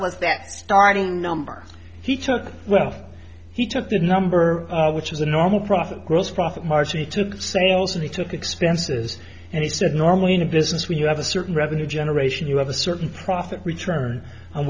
was that starting number he took well he took the number which is a normal profit gross profit margin he took sales and he took expenses and he said normally in a business when you have a certain revenue generation you have a certain profit return on